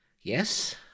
Yes